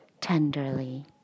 tenderly